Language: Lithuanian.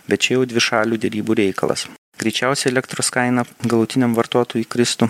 bet čia jau dvišalių derybų reikalas greičiausia elektros kaina galutiniam vartotojui kristų